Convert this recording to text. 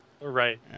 Right